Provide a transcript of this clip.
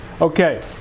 Okay